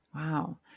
Wow